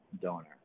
donor